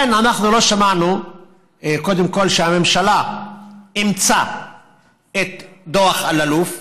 אנחנו לא שמענו קודם כול שהממשלה אימצה את דוח אלאלוף,